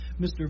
Mr